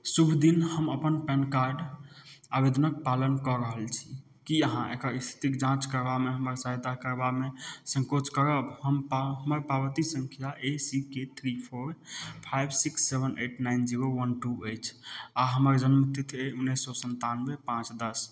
शुभ दिन हम अपन पैन कार्ड आवेदनक पालन कऽ रहल छी कि अहाँ एकर इस्थितिके जाँच करबामे हमर सहायता करबामे सँकोच करब हम हमर पावती सँख्या A C K three four five six seven eight nine zero one two अछि आओर हमर जनमतिथि उनैस सओ सनतानवे पाँच दस